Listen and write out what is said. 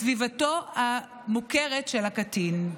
מסביבתו המוכרת של הקטין.